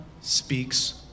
speaks